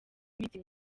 iminsi